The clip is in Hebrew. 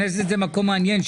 הכנסת היא מקום מעניין.